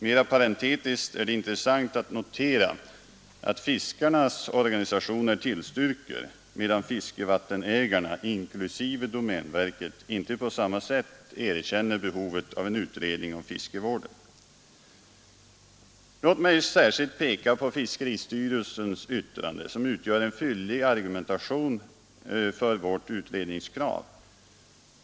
Mera parentetiskt är det intressant att notera att fiskarnas organisationer tillstyrker, medan fiskevattenägarna, inklusive domänverket, inte på samma sätt erkänner behovet av en utredning av fiskevården. Låt mig särskilt peka på fiskeristyrelsens yttrande, som utgör en fyllig argumentering för vårt utredningskrav.